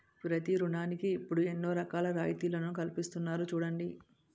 ప్రతి ఋణానికి ఇప్పుడు ఎన్నో రకాల రాయితీలను కల్పిస్తున్నారు చూడండి